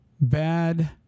bad